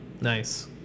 nice